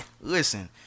Listen